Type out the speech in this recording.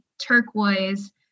turquoise